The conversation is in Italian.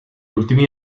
ultimi